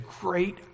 great